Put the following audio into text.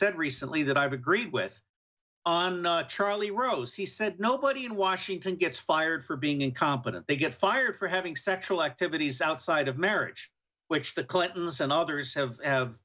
said recently that i've agreed with on charlie rose he said nobody in washington gets fired for being incompetent they get fired for having sexual activities outside of marriage which the clintons and others have